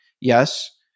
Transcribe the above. yes